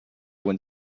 when